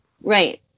Right